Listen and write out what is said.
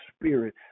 Spirit